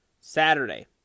Saturday